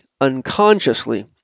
unconsciously